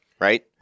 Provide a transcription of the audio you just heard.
right